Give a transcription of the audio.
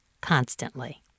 constantly